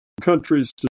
countries